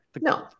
No